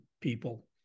people